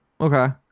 Okay